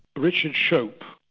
richard shope,